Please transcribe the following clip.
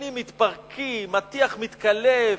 הבניינים מתפרקים, הטיח מתקלף,